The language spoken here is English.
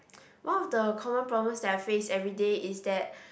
one of the common problems that I face everyday is that